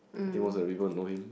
I think most of the people who know him